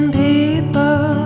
people